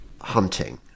hunting